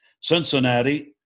Cincinnati